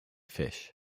fish